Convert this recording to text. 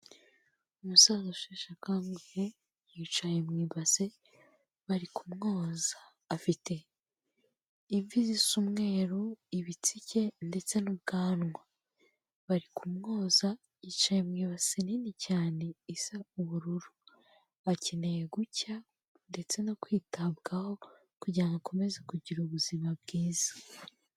Umusaza usheshe akanguhe yicaye mu ibase barikumwoza. Afite imvi zisa umweru, ibitsike ndetse n'ubwanwa. Bari kumwoza yicaye mu ibase nini cyane isa ubururu. Akeneye gucya ndetse no kwitabwaho kugira ngo akomeze kugira ubuzima bwiza.